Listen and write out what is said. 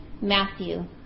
Matthew